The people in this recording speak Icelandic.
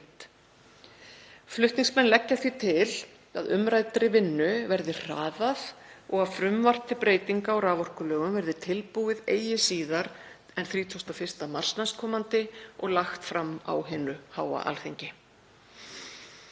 Flutningsmenn leggja því til að umræddri vinnu verði hraðað og að frumvarp til breytinga á raforkulögum verði tilbúið eigi síðar en 31. mars næstkomandi og lagt fram á hinu háa Alþingi.